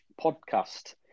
podcast